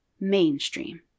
mainstream